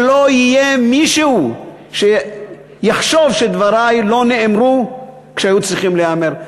שלא יהיה מישהו שיחשוב שדברי לא נאמרו כשהיו צריכים להיאמר.